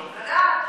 בסדר.